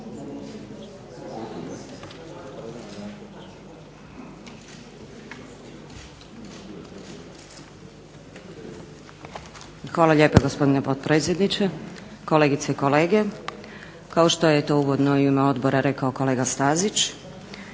Hvala lijepo gospodine potpredsjedniče. Kolegice i kolege. Kao što je to uvodno u ime odbora rekao kolega Stazić